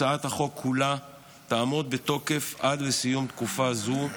הצעת החוק כולה תעמוד בתוקף עד לסיום תקופה זו,